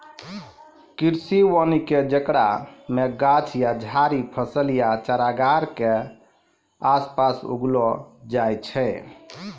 कृषि वानिकी जेकरा मे गाछ या झाड़ि फसल या चारगाह के आसपास उगैलो जाय छै